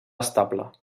estable